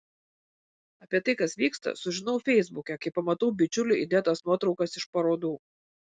apie tai kas vyksta sužinau feisbuke kai pamatau bičiulių įdėtas nuotraukas iš parodų